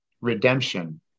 redemption